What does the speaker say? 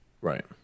Right